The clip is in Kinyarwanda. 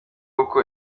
uko